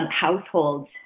households